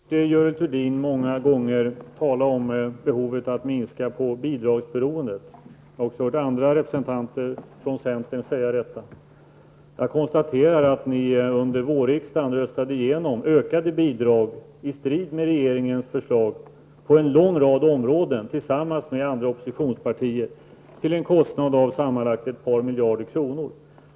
Herr talman! Jag har hört Görel Thurdin många gånger tala om behovet av att minska bidragsberoendet. Jag har också hört andra representanter från centern säga detta. Jag konstaterar att ni under vårriksdagen röstade igenom ökade bidrag i strid med regeringens förslag på en lång rad områden tillsammans med andra oppositionspartier till en kostnad av sammanlagt ett par miljarder kronor.